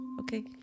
Okay